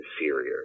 inferior